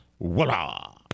voila